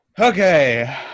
Okay